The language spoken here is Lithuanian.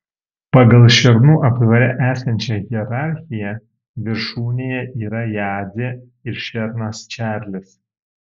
pagal šernų aptvare esančią hierarchiją viršūnėje yra jadzė ir šernas čarlis